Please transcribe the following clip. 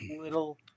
little